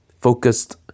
focused